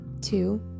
two